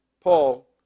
Paul